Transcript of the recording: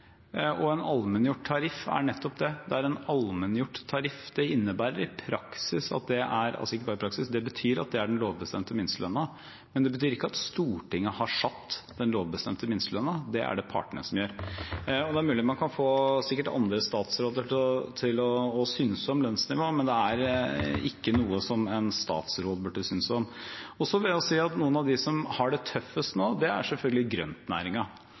det er en allmenngjort tariff. Det innebærer i praksis – ikke bare i praksis, det betyr at det er den lovbestemte minstelønnen. Men det betyr ikke at Stortinget har satt den lovbestemte minstelønnen, det er det partene som gjør. Det er mulig man kan få andre statsråder til å synse om lønnsnivået, men det er ikke noe en statsråd burde synse om. Så vil jeg si at noen av dem som har det tøffest nå, er selvfølgelig grøntnæringen, for der er det mye arbeidskraft fra utlandet. De har det kjempetøft. Smitteverntiltakene treffer hardt. Jeg er